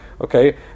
Okay